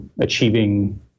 achieving